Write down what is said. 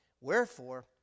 Wherefore